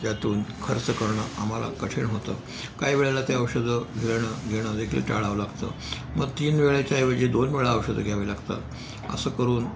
यातून खर्च करणं आम्हाला कठीण होतं काही वेळेला ते औषधं घेणं घेणं देखील टाळावं लागतं मग तीन वेळेच्याऐवजी दोन वेळा औषधं घ्यावी लागतात असं करून